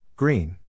Green